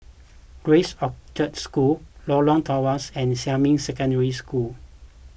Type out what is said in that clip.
Grace Orchard School Lorong Tawas and Xinmin Secondary School